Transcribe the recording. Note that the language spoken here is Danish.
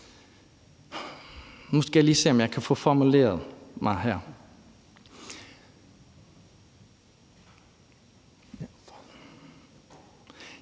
Nu skal jeg lige se, om jeg kan få formuleret mig her.